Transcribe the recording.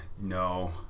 no